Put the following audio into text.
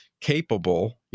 capable